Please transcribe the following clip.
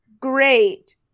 great